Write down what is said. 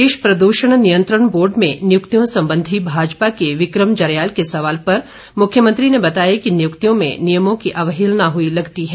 प्रदेश प्रद्रषण नियंत्रण बोर्ड में नियुक्तियों संबंधी भाजपा के विक्रम जरयाल के सवाल पर मुख्यमंत्री ने बताया कि नियुक्तियों में नियमों की अवहेलना हुई लगती है